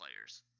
players